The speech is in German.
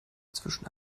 zwischen